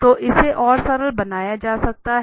तो इसे और सरल बनाया जा सकता है